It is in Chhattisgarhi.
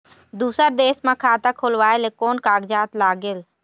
दूसर देश मा खाता खोलवाए ले कोन कागजात लागेल?